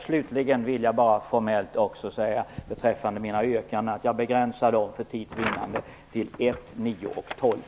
Slutligen vill jag bara säga att jag för tids vinnande begränsar mina yrkanden om bifall till reservationerna 1, 9 och 12.